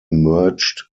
merged